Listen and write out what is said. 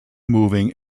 moving